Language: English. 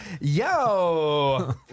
Yo